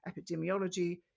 epidemiology